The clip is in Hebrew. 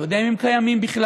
לא יודע אם הם קיימים בכלל.